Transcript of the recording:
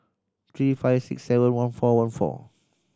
three five six seven one four one four